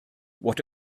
what